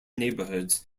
neighborhoods